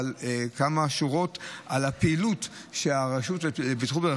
כמה שורות על הפעילות שהרשות למלחמה בתאונות